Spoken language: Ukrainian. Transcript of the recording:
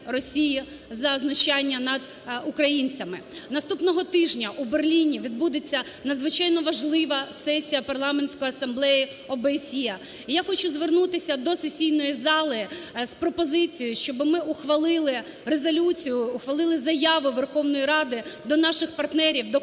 Росії за знущання над українцями. З наступного тижня у Берліні відбудеться надзвичайно важлива сесія Парламентської асамблеї ОБСЄ. І я хочу звернутися до сесійної з пропозицією, щоб ми ухвалили резолюцію, ухвалили заяви Верховної Ради до наших партнерів, до